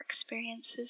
experiences